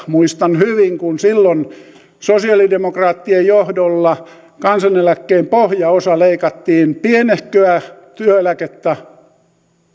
muistan hyvin kun vuosituhannen vaihteessa sosialidemokraattien johdolla kansaneläkkeen pohjaosa leikattiin pienehköä työeläkettä